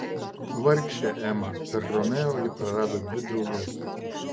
vargšė ema per romeo ji prarado dvi drauges